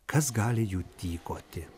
kas gali jų tykoti